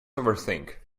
overthink